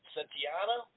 Santiana